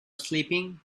sleeping